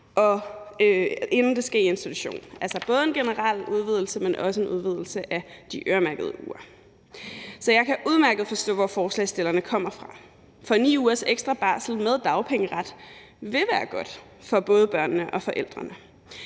inden det skal i institution – altså både en generel udvidelse, men også en udvidelse af de øremærkede uger. Så jeg kan udmærket forstå, hvor forslagsstillerne kommer fra. For 9 ugers ekstra barsel med dagpengeret vil være godt for både børnene og forældrene.